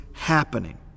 happening